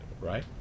right